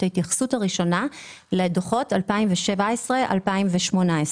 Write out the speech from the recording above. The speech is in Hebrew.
ההתייחסות הראשונה לדוחות 2017 ו-2018.